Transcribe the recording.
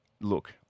Look